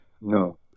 no